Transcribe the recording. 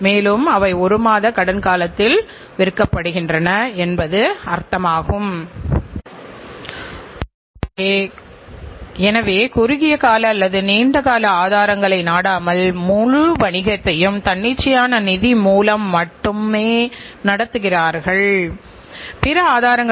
எனவே இந்த நான்கை நீங்கள் தயாரிப்புகளின் குறைபாடுகள் அல்லது தரத்தை உறுதி செய்வதற்கான முக்கிய கூறுகள் என்று அழைக்கலாம் நாம் கவனமாக இருக்க வேண்டும் நாம் கவனித்துக்கொள்ளும் தயாரிப்பில் எந்தத் தவறும் நடக்காது என்பதை மதிப்பீட்டின் உதவியுடன் உறுதி செய்வோம்